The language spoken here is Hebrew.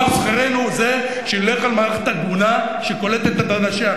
שכרנו זה שנלך על מערכת הגונה שקולטת את אנשיה.